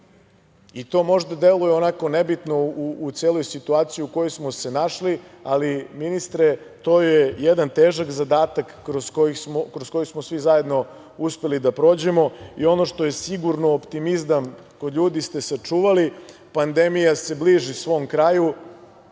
i to možda deluje onako nebitno u celoj situaciji u kojoj smo se našli, ali, ministre, to je jedan težak zadatak kroz koji smo svi zajedno uspeli da prođemo. Ono što je sigurno, optimizam kod ljudi ste sačuvali, pandemija se bliži svom kraju.